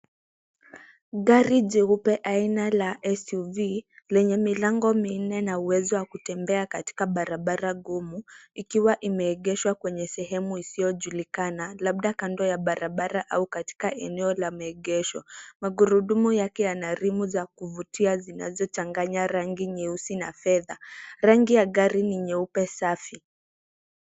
Gari jeupe aina la SUV Lenye milango minne na na uwezo wa kutembea katika barabara gumu ikiwa imeekeshwa kwenye sehemu isiyojulikana labda kando ya barbara au katika eneo la maegesho .Magurudumu yake Yana rimu za kuvutia zinazo changanya rangi nyeusi na fedha, rangi ya gari ni nyeupe safi.